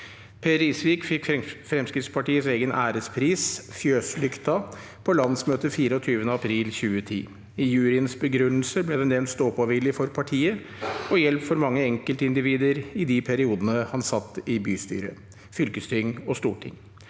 Per Risvik fikk Fremskrittspartiets egen ærespris, Fjøslykta, på landsmøtet 24. april 2010. I juryens begrunnelse ble det nevnt ståpåvilje for partiet og hjelp til mange enkeltindivider i de periodene han satt i bystyre, fylkesting og storting.